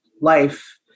life